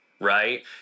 right